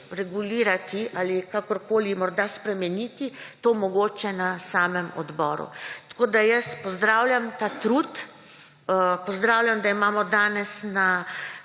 regulirati ali kakorkoli morda spremeniti, to mogoče na samem odboru. Tako pozdravljam ta trud, pozdravljam da imamo danes na